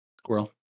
Squirrel